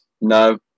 No